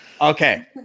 Okay